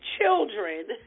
children